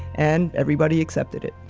and everybody accepted it.